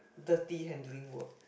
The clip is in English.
dirty handling work